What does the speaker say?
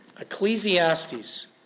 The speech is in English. Ecclesiastes